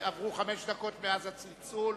עברו חמש דקות מאז הצלצול.